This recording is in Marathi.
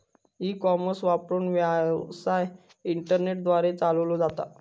ई कॉमर्स वापरून, व्यवसाय इंटरनेट द्वारे चालवलो जाता